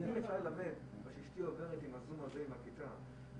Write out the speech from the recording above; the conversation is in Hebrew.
תיקח אותי אתך לטיול הזה שנקרא ממשלת חירום.